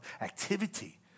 activity